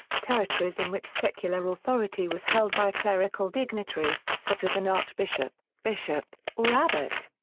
territories in which secular authority was held by a clerical dignitary, such as an archbishop, bishop, or abbot.